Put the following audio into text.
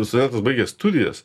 visuomet baigę studijas